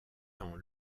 dans